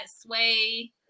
Sway